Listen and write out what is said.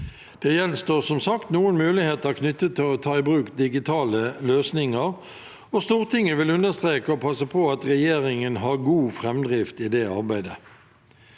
Det gjenstår som sagt noen muligheter knyttet til å ta i bruk digitale løsninger, og Stortinget vil understreke og passe på at regjeringen har god framdrift i det arbeidet.